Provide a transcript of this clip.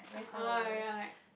uh ya like